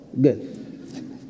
good